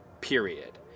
period